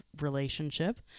relationship